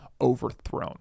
overthrown